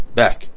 back